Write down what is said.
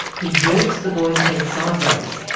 he jerks the boy's head sideways.